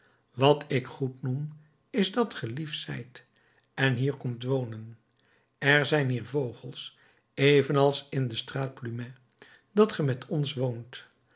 wat ik goed noem is dat ge lief zijt en hier komt wonen er zijn hier vogels evenals in de straat plumet dat ge met ons woont